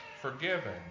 forgiven